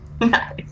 Nice